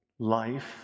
Life